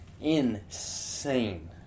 Insane